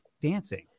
dancing